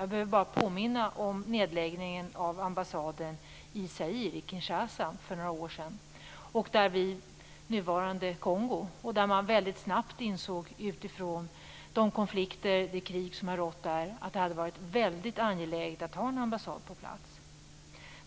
Jag behöver bara påminna om nedläggningen av ambassaden i Zaire, i Kinshasa, för några år sedan - alltså nuvarande Kongo. Där insåg man väldigt snabbt att det med tanke på de konflikter och krig som har rått där hade varit väldigt angeläget att ha en ambassad på plats.